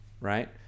Right